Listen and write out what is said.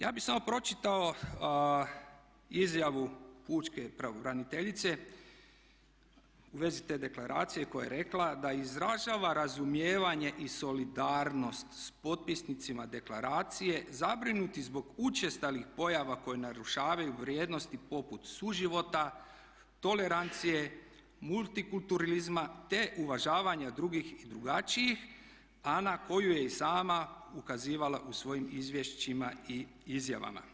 Ja bih samo pročitao izjavu pučke pravobraniteljice u vezi te deklaracije koja je rekla da izražava razumijevanje i solidarnost sa potpisnicima deklaracije zabrinuti zbog učestalih pojava koje narušavaju vrijednosti poput suživota, tolerancije, multikulturalizma te uvažavanja drugih i drugačijih a na koju je sama ukazivala u svojim izvješćima i izjavama.